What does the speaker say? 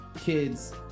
kids